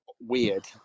weird